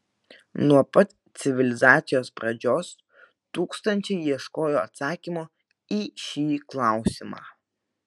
nuo pat civilizacijos pradžios tūkstančiai ieškojo atsakymo į šį klausimą